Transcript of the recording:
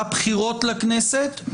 הבחירות לכנסת,